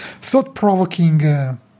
thought-provoking